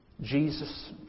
Jesus